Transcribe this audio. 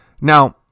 Now